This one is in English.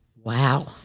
Wow